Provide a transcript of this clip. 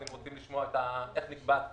אתם רוצים לשמוע איך נקבע הסכום,